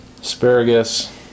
asparagus